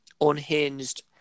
unhinged